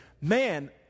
Man